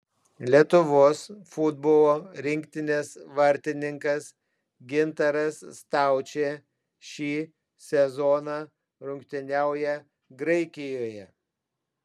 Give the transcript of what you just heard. lietuvos futbolo rinktinės vartininkas gintaras staučė šį sezoną rungtyniauja graikijoje